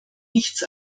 nichts